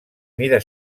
mida